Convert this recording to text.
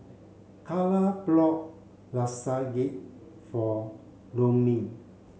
Carla bought Lasagne for Rollin